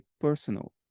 personal